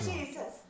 Jesus